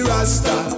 Rasta